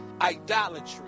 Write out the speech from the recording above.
idolatry